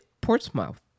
Portsmouth